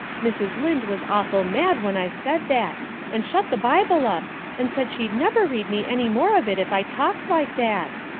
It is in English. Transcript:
mrs. lynde was awful mad when i said that and shut the bible up and said she'd never read me any more of it if i talked like that.